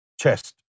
chest